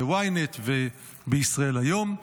ב-ynet ובישראל היום,